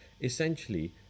essentially